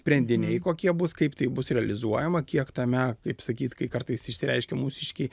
sprendiniai kokie bus kaip tai bus realizuojama kiek tame kaip sakyt kai kartais išsireiškia mūsiškiai